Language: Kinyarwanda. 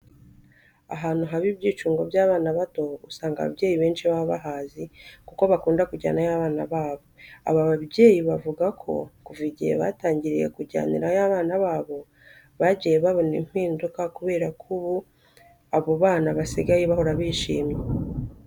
Ahantu haba hari ibyicungo by'abana bato usanga ababyeyi benshi baba bahazi kuko bakunda kujyanayo abana babo. Aba babyeyi bavuga ko kuva igihe batangiriye kujyanirayo abana babo, bagiye babona impinduka kubera ko ubu abo bana basigaye bahora bishimye.